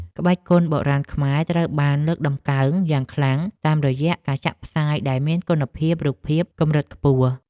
ក្បាច់គុនបុរាណខ្មែរត្រូវបានលើកតម្កើងយ៉ាងខ្លាំងតាមរយៈការចាក់ផ្សាយដែលមានគុណភាពរូបភាពកម្រិតខ្ពស់។